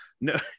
no